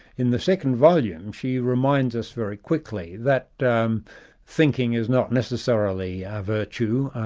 in the second volume she reminds us very quickly that um thinking is not necessarily a virtue,